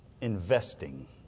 investing